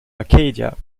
arcadia